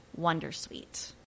Wondersuite